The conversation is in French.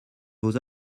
vos